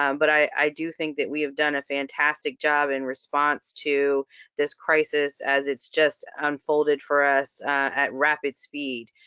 um but i do think that we have done a fantastic job in response to this crisis as it's just unfolded for us at rapid speed.